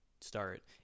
start